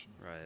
Right